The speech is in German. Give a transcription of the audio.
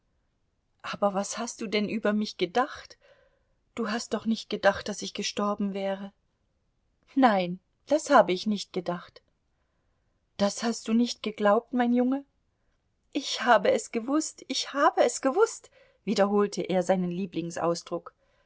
aber was hast du denn über mich gedacht du hast doch nicht gedacht daß ich gestorben wäre nein das habe ich nicht gedacht das hast du nicht geglaubt mein junge ich habe es gewußt ich habe es gewußt wiederholte er seinen